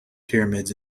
pyramids